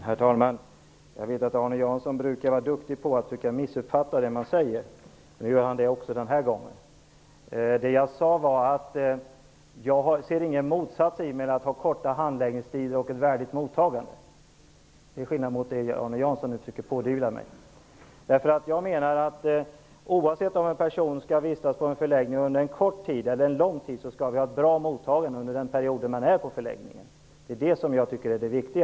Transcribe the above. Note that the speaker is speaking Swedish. Herr talman! Jag vet att Arne Jansson brukar vara duktig på att försöka missuppfatta det man säger. Det gör han även denna gång. Jag sade att jag inte ser någon motsats mellan korta handläggningstider och ett värdigt mottagande. Det är skillnaden mot den uppfattning som Arne Jansson nu försöker pådyvla mig. Oavsett om en person skall vistas på en förläggning under kort eller lång tid skall mottagandet vara bra under den tid personen är på förläggningen. Det är detta jag tycker är viktigt.